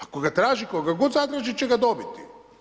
Ako ga traži, tko ga god zatraži će ga dobiti.